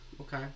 okay